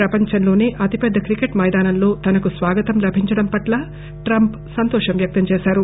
ప్రపంచంలోసే అతి పెద్ద క్రికెట్ మైదానంలో తనకు స్వాగతం లభిచండం పటంల ఆయన సంతోషం వ్యక్తం చేశారు